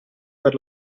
per